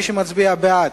מי שמצביע בעד,